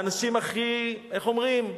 האנשים הכי, איך אומרים,